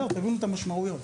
תבינו את המשמעויות.